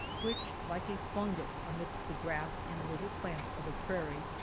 which, like a fungus amidst the grass and little plants of a prairie,